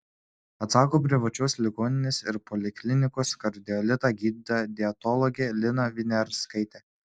atsako privačios ligoninės ir poliklinikos kardiolita gydytoja dietologė lina viniarskaitė